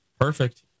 Perfect